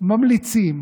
ממליצים